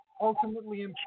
ultimately